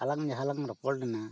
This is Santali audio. ᱟᱞᱟᱝ ᱡᱟᱦᱟᱸ ᱞᱟᱝ ᱨᱚᱯᱚᱲ ᱞᱮᱱᱟ